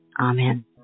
Amen